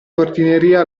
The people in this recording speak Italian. portineria